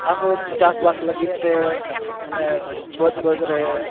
ᱟᱨᱦᱚᱸ ᱪᱟᱥᱵᱟᱥ ᱞᱟᱹᱜᱤᱫ ᱛᱮ ᱢᱟᱱᱮ ᱵᱟᱹᱫᱽ ᱵᱟᱹᱫᱽ ᱨᱮ